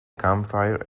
campfire